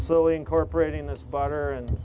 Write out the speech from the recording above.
so incorporating this butter and